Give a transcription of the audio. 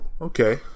okay